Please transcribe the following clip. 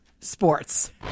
sports